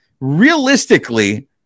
realistically